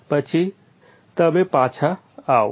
પછી તમે પાછા આવો